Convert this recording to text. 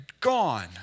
gone